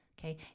Okay